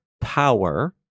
power